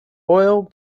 oil